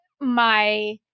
my-